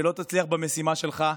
כשלא תצליח במשימה שלך.